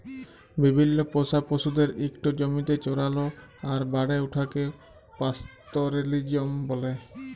বিভিল্ল্য পোষা পশুদের ইকট জমিতে চরাল আর বাড়ে উঠাকে পাস্তরেলিজম ব্যলে